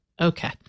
Okay